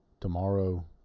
Tomorrow